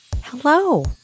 Hello